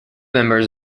members